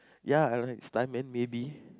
ya I will like stunt man maybe